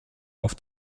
auf